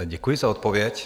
Děkuji za odpověď.